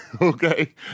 okay